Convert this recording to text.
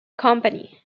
company